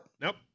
Nope